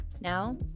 Now